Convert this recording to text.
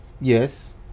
Yes